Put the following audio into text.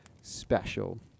special